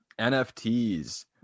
NFTs